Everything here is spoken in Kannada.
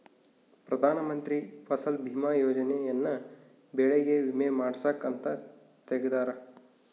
ಪ್ರಧಾನ ಮಂತ್ರಿ ಫಸಲ್ ಬಿಮಾ ಯೋಜನೆ ಯನ್ನ ಬೆಳೆಗೆ ವಿಮೆ ಮಾಡ್ಸಾಕ್ ಅಂತ ತೆಗ್ದಾರ